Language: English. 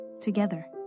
together